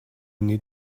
need